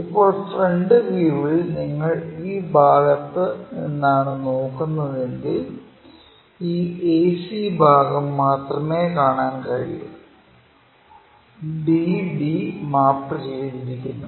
ഇപ്പോൾ ഫ്രണ്ട് വ്യൂവിൽ നിങ്ങൾ ഈ ഭാഗത്തുനിന്നാണ് നോക്കുന്നതെങ്കിൽ ഈ ac ഭാഗം മാത്രമേ കാണാൻ കഴിയു bd മാപ്പ് ചെയ്തിരിക്കുന്നു